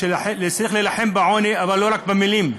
שצריך להילחם בעוני אבל לא רק במילים,